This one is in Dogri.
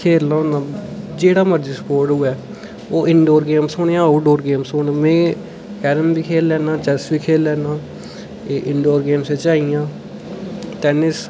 खेलना होन्ना जेह्ड़ा मर्जी स्पोर्ट होऐ ओह् इन्डोर गेमां होन जां आऊटडोर गेमां होन में कैरम बी खेढी लैन्ना चैस्स बी खेढी लैन्ना एह् इन्डोर गेमां च आइयां टैनिस